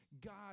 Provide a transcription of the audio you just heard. God